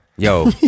Yo